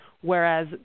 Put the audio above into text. whereas